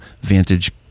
vantage